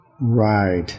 Right